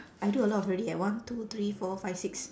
I do a lot already eh one two three four five six